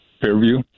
Fairview